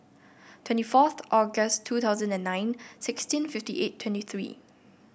twenty fourth August two thousand and nine sixteen fifty eight twenty three